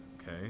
okay